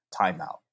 timeout